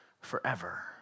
forever